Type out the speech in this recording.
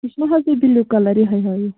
یہِ چھُنہٕ حظ یہِ بِلوٗ کَلَر یِہَے ہٲیِو